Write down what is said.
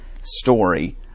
story